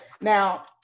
Now